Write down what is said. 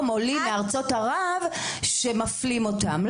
עולים מארצות ערב שמפלים אותם באקדמיה.